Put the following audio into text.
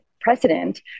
precedent